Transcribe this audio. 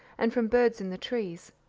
and from birds in the trees.